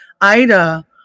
Ida